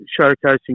showcasing